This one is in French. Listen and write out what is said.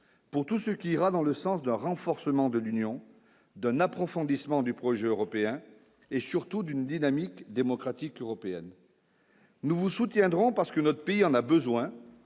pour tout ce qui ira dans le sens d'un renforcement de l'union d'un approfondissement du projet européen et surtout d'une dynamique démocratique européenne. Nous vous soutiendrons parce que notre pays en a besoin